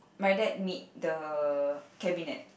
my dad need the cabinet